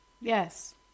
Yes